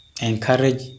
encourage